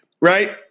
right